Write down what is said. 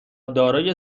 دارای